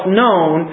known